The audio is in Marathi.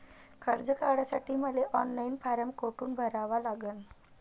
कर्ज काढासाठी मले ऑनलाईन फारम कोठून भरावा लागन?